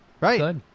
Right